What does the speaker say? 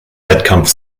wettkampf